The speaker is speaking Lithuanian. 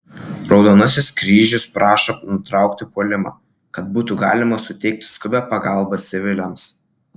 raudonasis kryžius prašo nutraukti puolimą kad būtų galima suteikti skubią pagalbą civiliams